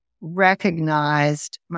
recognized